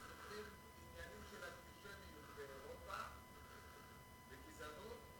כשסופרים עניינים של אנטישמיות באירופה וגזענות,